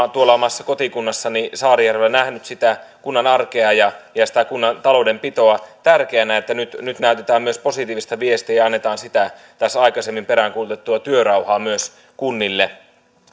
olen omassa kotikunnassani saarijärvellä nähnyt sitä kunnan arkea ja ja sitä kunnan taloudenpitoa että nyt nyt näytetään myös positiivista viestiä ja annetaan sitä tässä aikaisemmin peräänkuulutettua työrauhaa myös kunnille